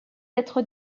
être